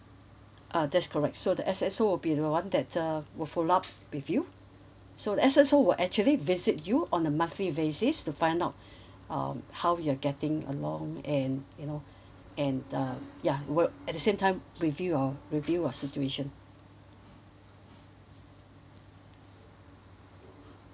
uh that's correct so the S_S_O will be the one that uh will follow up with you so the S_S_O will actually visit you on a monthly basis to find out um how you're getting along and you know and uh ya work at the same time review your review your situation